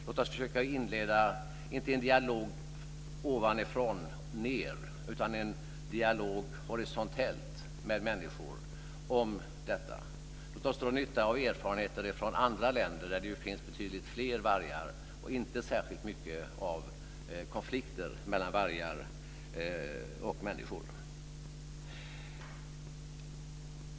Låt oss försöka inleda en dialog, inte ovanifrån och ned, utan horisontellt, om detta. Låt oss dra nytta av erfarenheter från andra länder där det finns betydligt fler vargar och inte särskilt mycket av konflikter mellan vargar och människor.